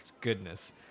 goodness